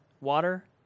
water